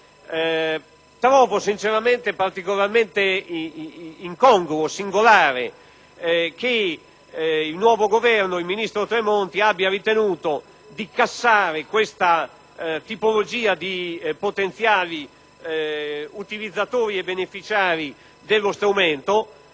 Trovo particolarmente incongruo, singolare, che il nuovo Governo, in particolare il ministro Tremonti, abbia ritenuto di cassare questa tipologia di potenziali utilizzatori e beneficiari dello strumento,